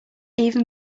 even